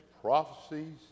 prophecies